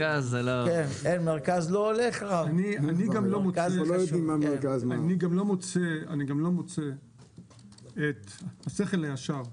אני גם לא מוצא את השכל הישר,